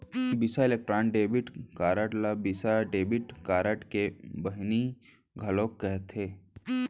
बिसा electron debit card ल Visa debit card के बहिनी घलौक कथें